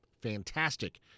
fantastic